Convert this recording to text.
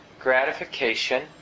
Gratification